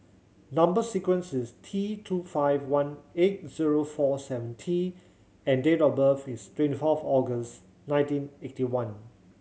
number sequence is T two five one eight zero four seven T and date of birth is twenty four for August nineteen eighty one